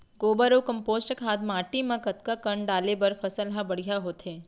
गोबर अऊ कम्पोस्ट खाद माटी म कतका कन डाले बर फसल ह बढ़िया होथे?